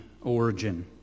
origin